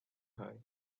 high